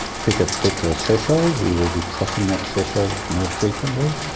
pick a particular threshold, we will be crossing that threshold more frequently.